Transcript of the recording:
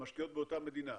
משקיעות באותה מדינה,